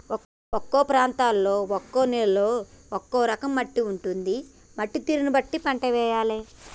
ఒక్కో ప్రాంతంలో ఒక్కో నేలలో ఒక్కో రకం మట్టి ఉంటది, మట్టి తీరును బట్టి పంట వేయాలే